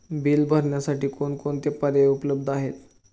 Bill भरण्यासाठी कोणकोणते पर्याय उपलब्ध आहेत?